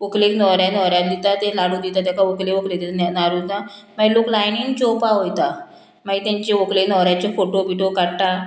व्हंकलेक न्होवऱ्या न्होवऱ्याक दिता ते लाडू दिता तेका व्हंकलेक व्हंकले ते न्होवरो दिता मागीर लोक लायनीन जेवपा वयता मागीर तेंचे व्हंकले न्होवऱ्याचे फोटो बिटो काडटा